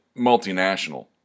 multinational